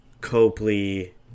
Copley